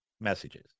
messages